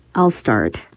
i'll start.